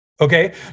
Okay